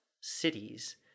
cities